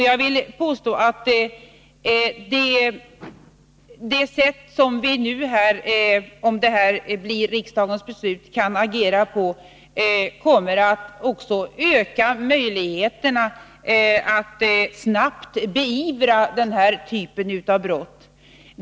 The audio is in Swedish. Jag vill påstå att det sätt som vi nu kan agera på, om detta förslag blir riksdagens beslut, kommer att också öka möjligheten att snabbt beivra den här typen av brott.